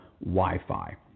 Wi-Fi